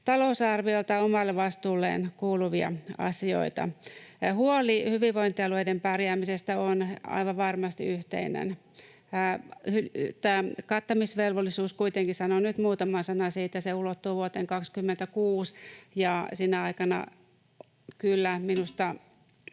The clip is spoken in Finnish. talousarviota omalle vastuulleen kuuluvista asioista. Huoli hyvinvointialueiden pärjäämisestä on aivan varmasti yhteinen. Tämä kattamisvelvollisuus kuitenkin — sanon nyt muutaman sanan siitä — ulottuu vuoteen 26, ja sinä aikana minusta